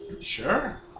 Sure